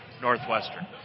Northwestern